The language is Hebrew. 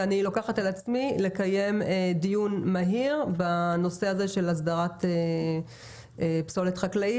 ואני לוקחת על עצמי לקיים דיון מהיר בנושא הזה של הסדרת פסולת חקלאית.